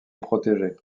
protéger